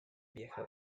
vieja